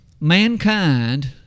mankind